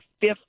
Fifth